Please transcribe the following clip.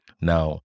now